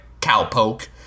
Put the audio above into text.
cowpoke